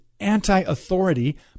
anti-authority